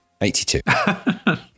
82